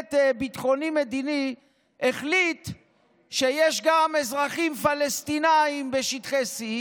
וקבינט ביטחוני-מדיני החליט שיש גם אזרחים פלסטינים בשטחי C,